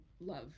love